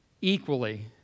equally